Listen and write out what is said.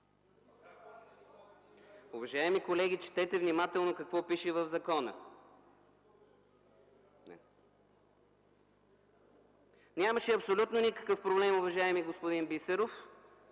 Уважаеми колеги, четете внимателно какво пише в закона. Нямаше абсолютно никакъв проблем, уважаеми господин Бисеров,